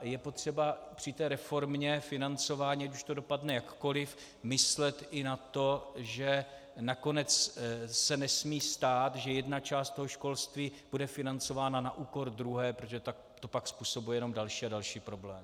Je potřeba při reformě financování, ať už to dopadne jakkoliv, myslet i na to, že nakonec se nesmí stát, že jedna část školství bude financována na úkor druhé, protože to pak způsobuje jenom další a další problémy.